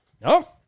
No